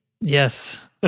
Yes